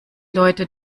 leute